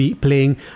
playing